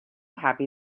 happy